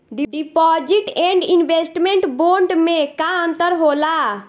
Deposit and investment bond मे का अंतर होला?